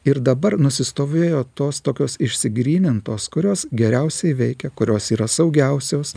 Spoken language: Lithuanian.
ir dabar nusistovėjo tos tokios išsigrynintos kurios geriausiai veikia kurios yra saugiausios